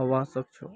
हबा सख छ